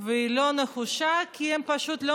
חברת הכנסת יוליה